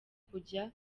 kujya